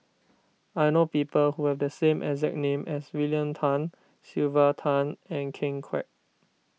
I know people who have the same exact name as William Tan Sylvia Tan and Ken Kwek